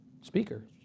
Speaker